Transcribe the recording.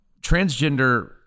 transgender